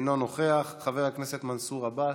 אינו נוכח, חבר הכנסת מנסור עבאס,